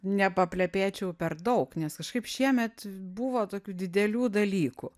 nepaplepėčiau per daug nes kažkaip šiemet buvo tokių didelių dalykų